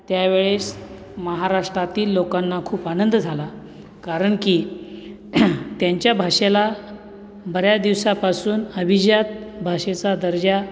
त्यावेळेस महाराष्ट्रातील लोकांना खूप आनंद झाला कारण की त्यांच्या भाषेला बऱ्याच दिवसापासून अभिजात भाषेचा दर्जा